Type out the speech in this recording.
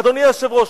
אדוני היושב-ראש,